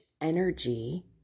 energy